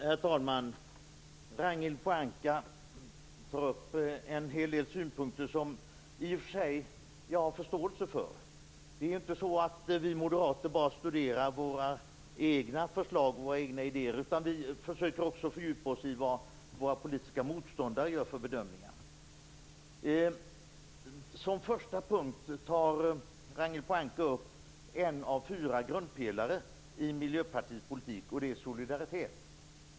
Herr talman! Ragnhild Pohanka tar upp en hel del synpunkter som jag i och för sig har förståelse för. Vi moderater studerar inte bara våra egna förslag och idéer. Vi försöker också fördjupa oss i vad våra politiska motståndare gör för bedömningar. Som första punkt tar Ragnhild Pohanka upp en av fyra grundpelare i Miljöpartiets politik, och det är solidaritet.